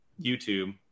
YouTube